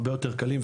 הרבה יותר קלים,